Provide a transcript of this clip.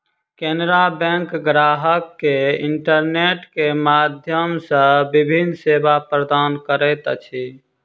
Canara bank ग्राहक के internet के माध्यम सॅ विभिन्न सेवा प्रदान करैत अछि